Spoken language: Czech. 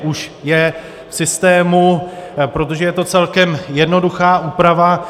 Už je v systému, protože je to celkem jednoduchá úprava.